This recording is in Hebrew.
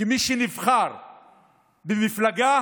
כי מי שנבחר במפלגה,